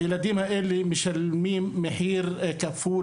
הילדים האלה משלמים מחיר כפול.